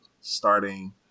Starting